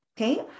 Okay